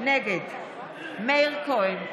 נגד מאיר כהן,